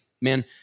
man